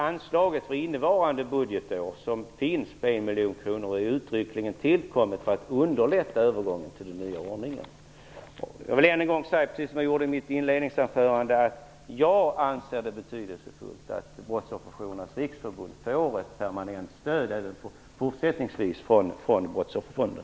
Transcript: Anslaget för innevarande budgetår på en miljon kronor har uttryckligen tillkommit för att underlätta övergången till den nya ordningen. Jag vill än en gång säga, precis som jag gjorde i mitt inledningsanförande, att jag anser det betydelsefullt att Brottsofferjourernas riksförbund även fortsättningsvis får ett permanent stöd från Brottsofferfonden.